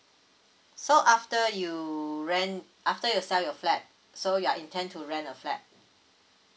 so after you rent after you sell your flat so you intend to rent a flat